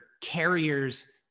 carriers